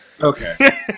Okay